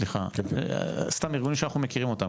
סתם ארגונים שאנחנו מכירים אותם,